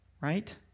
Right